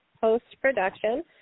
post-production